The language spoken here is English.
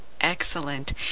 Excellent